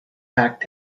pack